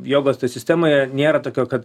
jogos toj sistemoje nėra tokio kad